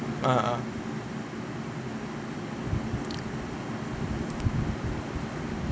uh uh